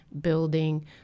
building